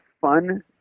fun